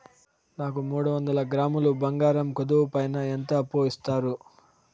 నాకు మూడు వందల గ్రాములు బంగారం కుదువు పైన ఎంత అప్పు ఇస్తారు?